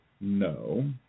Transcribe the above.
No